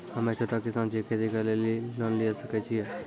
हम्मे छोटा किसान छियै, खेती करे लेली लोन लिये सकय छियै?